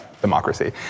democracy